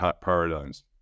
paradigms